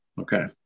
Okay